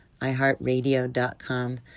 iHeartRadio.com